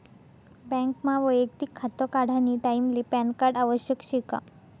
बँकमा वैयक्तिक खातं काढानी टाईमले पॅनकार्ड आवश्यक शे का?